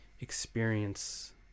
experience